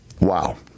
Wow